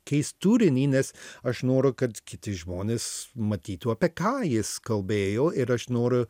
keist turinį nes aš noriu kad kiti žmonės matytų apie ką jis kalbėjo ir aš noriu